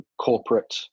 corporate